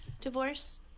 divorce